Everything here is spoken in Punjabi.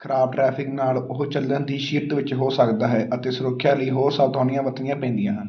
ਖ਼ਰਾਬ ਟਰੈਫਿਕ ਨਾਲ ਉਹ ਚੱਲਣ ਦੀ ਸ਼ੀਟ ਵਿੱਚ ਹੋ ਸਕਦਾ ਹੈ ਅਤੇ ਸੁਰੱਖਿਆ ਲਈ ਹੋਰ ਸਾਵਧਾਨੀਆਂ ਵਰਤਣੀਆਂ ਪੈਂਦੀਆਂ ਹਨ